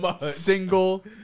single